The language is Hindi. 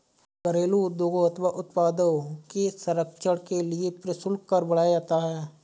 घरेलू उद्योग अथवा उत्पादों के संरक्षण के लिए प्रशुल्क कर बढ़ाया जाता है